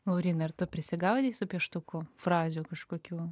laurynai ar tu prisigaudei su pieštuku frazių kažkokių